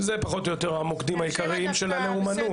זה פחות או יותר המוקדים העיקריים של לאומנות,